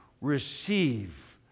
Receive